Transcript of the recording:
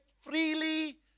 freely